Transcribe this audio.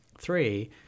three